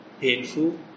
painful